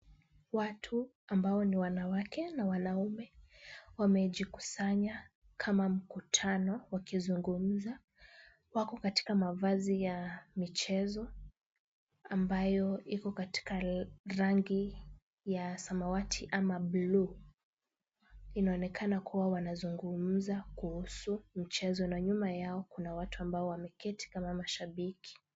Watu ambao ni wanawake na wanaume, wamejikusanya kama mkutano wakizungumza. Wako katika mavazi ya michezo, ambayo iko katika rangi ya samawati ama buluu. Inaonekana kuwa wanazungumza kuhusu mchezo na nyuma yao kuna watu ambao wameketi kama mashabiki.